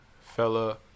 fella